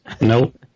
Nope